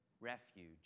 refuge